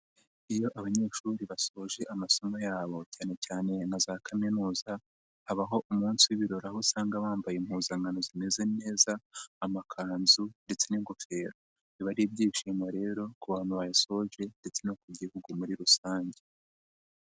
Iyo abanyeshuri basoje amasomo yabo cyane cyane nka za kaminuza, habaho umunsi w'ibirori aho usanga bambaye impuzankano zimeze neza, amakanzu ndetse n'ingofero. Biba ari ibyishimo rero ku bantu bayasoje ndetse no ku gihugu muri rusange.